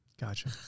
Gotcha